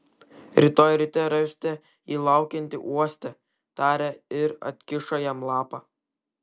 rytoj ryte rasite jį laukiantį uoste tarė ir atkišo jam lapą